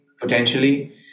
potentially